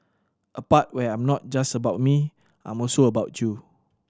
a part where I'm not just about me I'm also about you